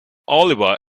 oliver